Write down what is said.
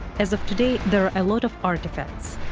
as of today, there are a lot of artifacts,